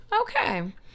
Okay